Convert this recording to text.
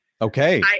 Okay